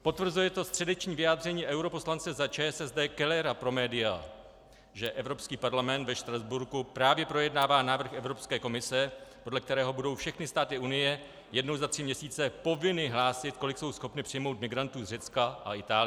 Potvrzuje to středeční vyjádření europoslance za ČSSD Kellera pro média, že Evropský parlament ve Štrasburku právě projednává návrh Evropské komise, podle kterého budou všechny státy Unie jednou za tři měsíce povinny nahlásit, kolik jsou schopny přijmout migrantů z Řecka a Itálie.